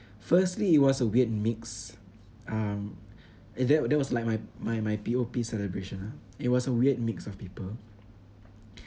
firstly it was a weird mix um that that was like my my my P_O_P celebration ah it was a weird mix of people